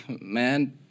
Man